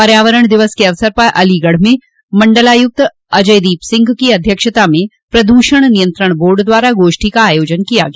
पर्यावरण दिवस के अवसर पर अलीगढ़ में मण्डलायुक्त अजयदीप सिंह की अध्यक्षता में प्रद्षण नियंत्रण बोर्ड द्वारा गोष्ठी का आयोजन किया गया